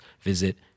visit